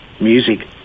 Music